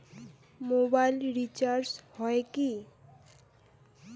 Mobile recharge হয় কি?